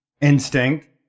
instinct